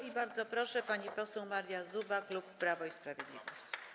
I bardzo proszę, pani poseł Maria Zuba, klub Prawo i Sprawiedliwość.